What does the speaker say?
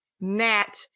nat